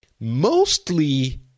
mostly